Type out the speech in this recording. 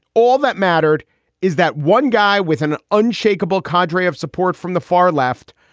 all that mattered is that one guy with an unshakable codrea of support from the far left.